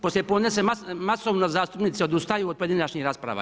Poslije podne se masovno zastupnici odustaju od pojedinačnih rasprava.